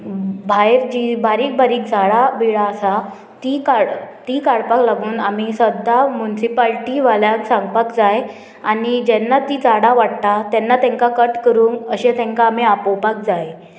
भायर जी बारीक बारीक झाडां बिळां आसा ती काड ती काडपाक लागून आमी सद्दां मुन्सिपाल्टी वाल्याक सांगपाक जाय आनी जेन्ना ती झाडां वाडटा तेन्ना तांकां कट करूंक अशें तांकां आमी आपोवपाक जाय